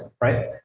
right